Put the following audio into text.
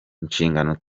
inshingano